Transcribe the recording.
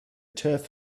turf